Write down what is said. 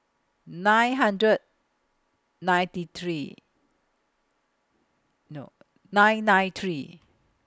nine hundred ninety three nine nine three